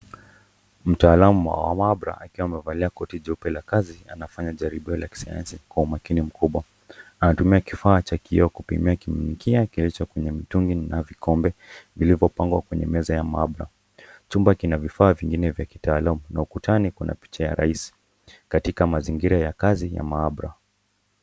Mtaalamu wa mahabara akiwa amevalia koti jeupe la kazi anafanya jaribio ya kisayansi kwa umakini mkubwa, anatumia kifaa cha kioo kupimia kimiminikia kilicho kwenye mitungi na vikombe vilvyopangwa kwenye meza ya mahabara. Chumba kina vifaa vingine vya kitaalamu na ukutani kuna picha ya rais, katika mazingira ya kazi ya mahabara.